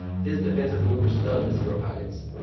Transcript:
this defensive maneuver stunned the zero pilots.